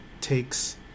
takes